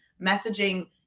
messaging